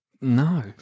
no